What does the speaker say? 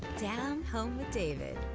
down home with david,